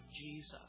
Jesus